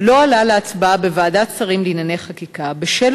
לא עלה להצבעה בוועדת שרים לענייני חקיקה בשל